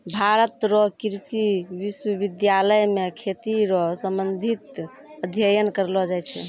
भारत रो कृषि विश्वबिद्यालय मे खेती रो संबंधित अध्ययन करलो जाय छै